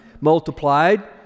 multiplied